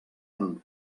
amb